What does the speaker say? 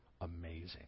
amazing